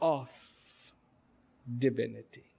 of divinity